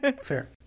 Fair